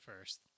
first